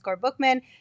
bookman